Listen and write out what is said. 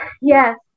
yes